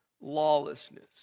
lawlessness